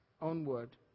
onward